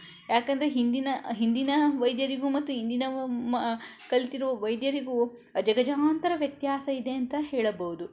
ಯಾಕಂದರೆ ಹಿಂದಿನ ಹಿಂದಿನ ವೈದ್ಯರಿಗೂ ಮತ್ತು ಇಂದಿನ ಕಲಿತಿರುವ ವೈದ್ಯರಿಗೂ ಅಜಗಜಾಂತರ ವ್ಯತ್ಯಾಸ ಇದೆ ಅಂತ ಹೇಳಬಹುದು